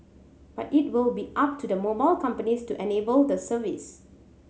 but it will be up to the mobile companies to enable the service